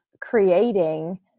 creating